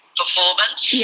performance